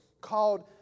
called